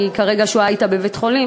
היא כרגע שוהה אתה בבית-חולים.